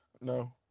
no